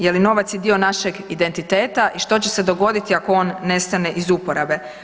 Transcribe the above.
Je li novac dio našeg identiteta i što će se dogoditi ako on nestane iz uporabe?